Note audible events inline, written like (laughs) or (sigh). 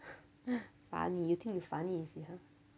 (laughs) funny you think you funny is it !huh!